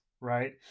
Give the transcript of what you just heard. right